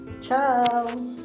ciao